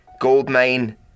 Goldmine